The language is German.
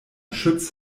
schütz